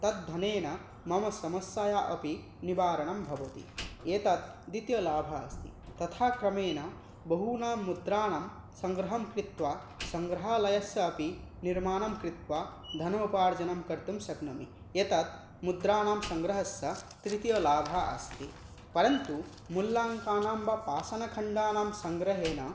तद् धनेन मम समस्यायाः अपि निवारणं भवति एतत् द्वितीयः लाभः अस्ति तथाक्रमेण बहूनां मुद्राणां सङ्ग्रहङ्कृत्वा सङ्ग्रहालयस्य अपि निर्माणङ्कृत्वा धनमुपार्जनङ्कर्तुं शक्नोमि एतत् मुद्राणां सङ्ग्रहस्य तृतीयः लाभः अस्ति परन्तु मूल्याङ्कानां वा पाषाणखण्डानां सङ्ग्रहेण